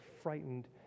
frightened